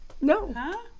No